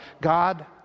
God